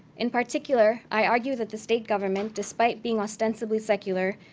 in particular, i argue that the state government, despite being ostensibly secular,